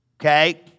Okay